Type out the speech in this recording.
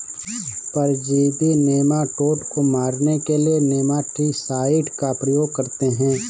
परजीवी नेमाटोड को मारने के लिए नेमाटीसाइड का प्रयोग करते हैं